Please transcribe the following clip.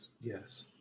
yes